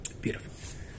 Beautiful